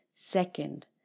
Second